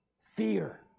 Fear